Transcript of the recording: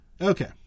Okay